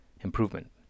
improvement